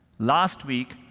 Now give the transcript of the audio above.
last week,